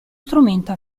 strumento